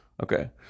Okay